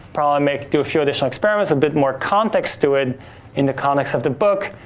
probably make do a few additional experiments, a bit more context to it in the context of the book,